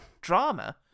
drama